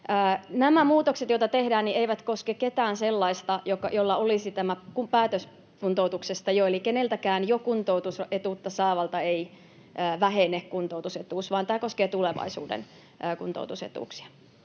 Nämä muutokset, joita tehdään, eivät koske ketään sellaista, jolla olisi jo tämä päätös kuntoutuksesta. Eli keneltäkään jo kuntoutusetuutta saavalta ei vähene kuntoutusetuus, vaan tämä koskee tulevaisuuden kuntoutusetuuksia.